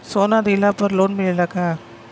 सोना दिहला पर लोन मिलेला का?